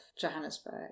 Johannesburg